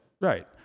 Right